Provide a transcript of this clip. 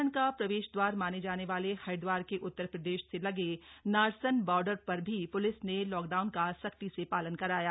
उत्तराखंड का प्रवेश दवार माने जाने वाले हरिदवार के उत्तर प्रदेश से लगे नारसन बॉर्डर पर भी पुलिस ने लॉकडाउन का सख्ती से पालन कराया गया